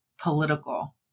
political